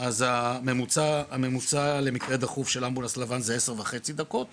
אז הממוצע למקרה דחוף של אמבולנס לבן זה 10.5 דקות